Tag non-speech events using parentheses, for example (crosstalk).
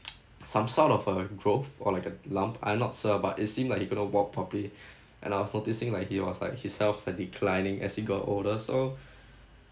(noise) some sort of a growth or like a lump I not sure but it seemed like he couldn't walk properly and I was noticing like he was like his health are declining as he got older so